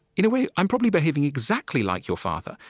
in a way, i'm probably behaving exactly like your father,